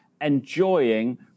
enjoying